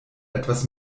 etwas